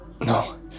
No